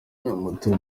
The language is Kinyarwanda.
amatora